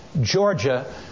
Georgia